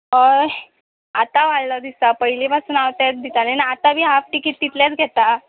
हय आतां वाडलो दिसता पयलीं पासून हांव तेंत दितालें आनी आतां बी हाफ टिकेट तितलेंच घेता